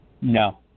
No